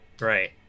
Right